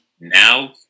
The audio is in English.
Now